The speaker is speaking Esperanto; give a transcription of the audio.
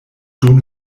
dum